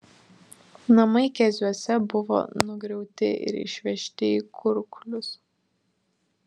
namai keziuose buvo nugriauti ir išvežti į kurklius